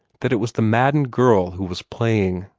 that it was the madden girl who was playing.